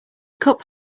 cup